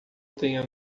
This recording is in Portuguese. tenha